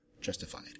justified